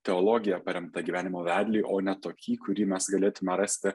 teologija paremtą gyvenimo vedlį o ne tokį kurį mes galėtume rasti